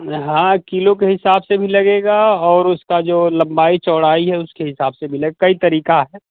हाँ किलो के हिसाब से भी लगेगा और उसका जो लंबाई चौड़ाई है उसके हिसाब से भी लग कई तरीका है